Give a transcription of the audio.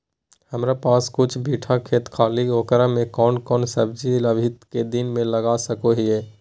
हमारा पास कुछ बिठा खेत खाली है ओकरा में कौन कौन सब्जी अभी के दिन में लगा सको हियय?